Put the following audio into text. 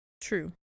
True